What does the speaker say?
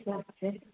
اچا سے